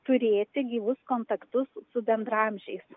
turėti gyvus kontaktus su bendraamžiais